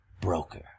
broker